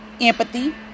empathy